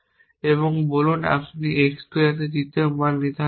এবং বলুন আপনি x 2 এ তৃতীয় মান নির্ধারণ করেছেন